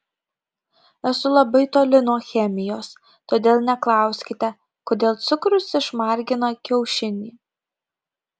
esu labai toli nuo chemijos todėl neklauskite kodėl cukrus išmargina kiaušinį